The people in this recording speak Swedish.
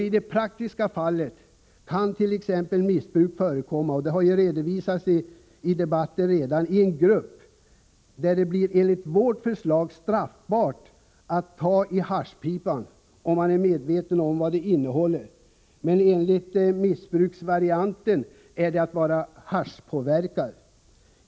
I det praktiska fallet, t.ex. när missbruk förekommer i en grupp, blir det, som redan redovisats i debatten, enligt vårt förslag straffbart att ta i haschpipan, om man är medveten om vad den innehåller. Enligt ”missbruksvarianten” är det att vara haschpåverkad.